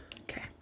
Okay